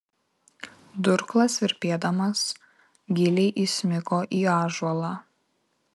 durklas virpėdamas giliai įsmigo į ąžuolą